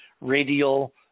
radial